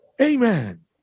Amen